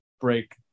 break